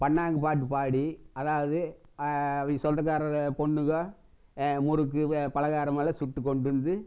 பன்னாங்கு பாட்டு பாடி அதாவது அவங்க சொந்தக்கார பொண்ணுங்க முறுக்கு பலகாரமெல்லாம் சுட்டு கொண்டு வந்து